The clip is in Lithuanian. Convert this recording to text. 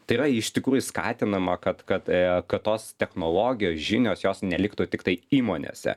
tai yra iš tikrųjų skatinama kad kad kad tos technologijos žinios jos neliktų tiktai įmonėse